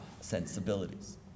sensibilities